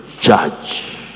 judge